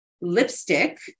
lipstick